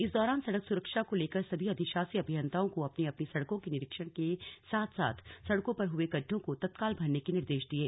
इस दौरान सड़क सुरक्षा को लेकर सभी अधिशासी अभियन्ताओं को अपनी अपनी सड़कों के निरीक्षण के साथ साथ सड़कों पर हुए गड्ढों को तत्काल भरने के निर्देश दिये